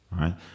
right